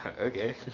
Okay